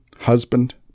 husband